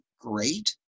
Great